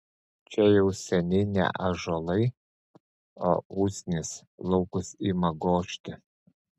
čia jau seniai ne ąžuolai o usnys laukus ima gožti